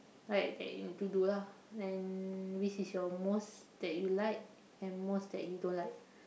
like that you need do lah then which is your most that you like and most that you don't like